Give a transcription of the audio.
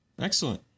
Excellent